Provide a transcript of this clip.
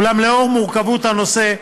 אולם לנוכח מורכבות הנושא,